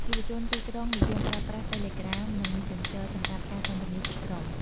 យុវជនទីក្រុងនិយមប្រើប្រាស់ តេលេក្រាម និង Messenger សម្រាប់ការសន្ទនាជាក្រុម។